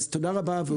אז תודה רבה.